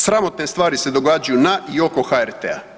Sramotne stvari se događaju na i oko HRT-a.